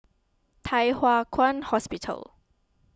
Thye Hua Kwan Hospital